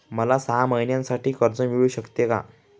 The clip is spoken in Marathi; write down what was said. मला सहा महिन्यांसाठी कर्ज मिळू शकते का?